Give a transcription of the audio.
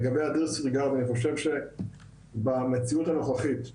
לגבי הדיסרגרד, אני חושב שבמציאות הנוכחית במדינה,